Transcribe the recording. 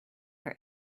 her